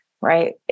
right